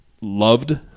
Loved